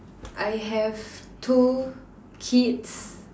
I have two kids